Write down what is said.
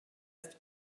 ist